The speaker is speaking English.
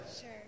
Sure